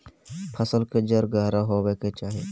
फसल के जड़ गहरा होबय के चाही